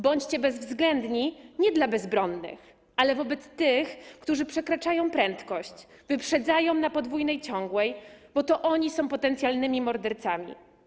Bądźcie bezwzględni nie dla bezbronnych, ale dla tych, którzy przekraczają prędkość, wyprzedzają na podwójnej ciągłej, bo to oni są potencjalnymi mordercami.